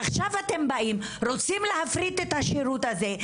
עכשיו אתם רוצים להפריט את השירות הזה,